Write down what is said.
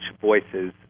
voices